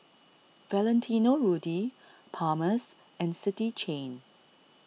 Valentino Rudy Palmer's and City Chain